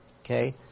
okay